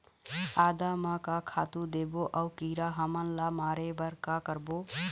आदा म का खातू देबो अऊ कीरा हमन ला मारे बर का करबो?